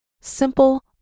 Simple